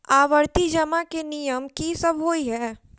आवर्ती जमा केँ नियम की सब होइ है?